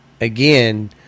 again